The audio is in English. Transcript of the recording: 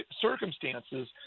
circumstances